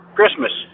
Christmas